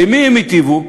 למי הם הטיבו?